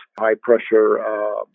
high-pressure